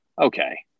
Okay